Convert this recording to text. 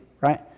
right